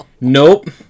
nope